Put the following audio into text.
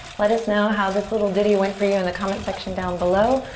let us know how this little ditty went for you in the comment section down below.